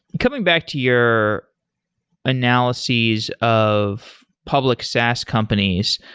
coming back to your analyses of public saas companies,